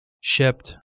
Shipped